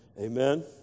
Amen